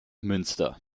münster